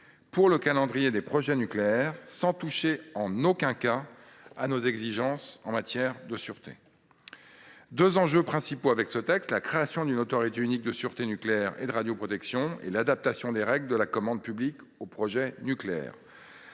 pour le calendrier des projets nucléaires, sans nullement amoindrir pour autant nos exigences en matière de sûreté. Le texte a donc deux objets principaux, la création d’une autorité unique de sûreté nucléaire et de radioprotection et l’adaptation des règles de la commande publique aux projets nucléaires.